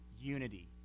unity